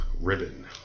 Ribbon